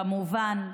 כמובן,